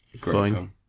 fine